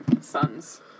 sons